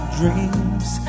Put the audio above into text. dreams